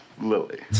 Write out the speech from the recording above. Lily